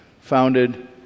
founded